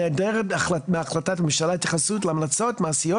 נעדרת מהחלטת הממשלה התייחסות להמלצות מעשיות